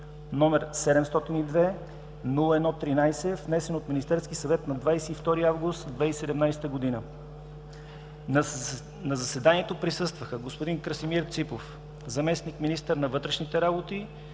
№ 702-01-13, внесен от Министерски съвет на 22 август 2017 г. На заседанието присъстваха: г-н Красимир Ципов – заместник-министър на вътрешните работи,